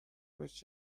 باش